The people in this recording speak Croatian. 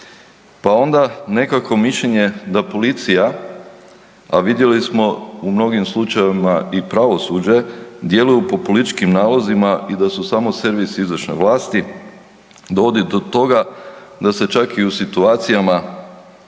Pa onda nekakvo mišljenje da policija, a vidjeli smo u mnogim slučajevima i pravosuđe djeluju po političkim nalozima i da su samo servis izvršne vlasti, dovodi do toga da se čak i u situacijama